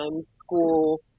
school